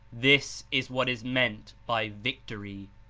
this is what is meant by victory!